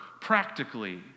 practically